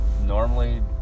normally